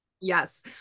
Yes